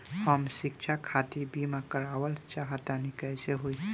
हम शिक्षा खातिर बीमा करावल चाहऽ तनि कइसे होई?